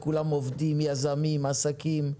כולם עובדים, יזמים, עסקים,